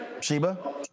Sheba